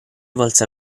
volse